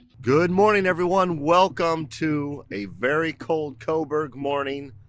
good morning everyone, welcome to a very cold coburg morning.